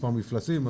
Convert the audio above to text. מספר מפלסים,